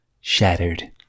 shattered